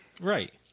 Right